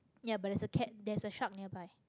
ya but there's a cat there's a shark nearby